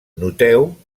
noteu